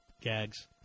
gags